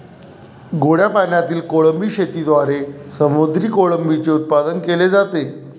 गोड्या पाण्यातील कोळंबी शेतीद्वारे समुद्री कोळंबीचे उत्पादन केले जाते